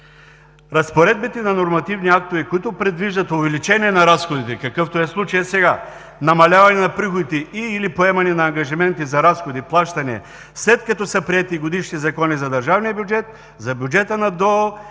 Разпоредбите на нормативни актове, които предвиждат увеличение на разходите – какъвто е случаят сега – намаляване на приходите и/или поемане на ангажименти за разходи/плащания, след като са приети годишни закони за държавния бюджет, за бюджета на ДОО